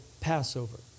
Passover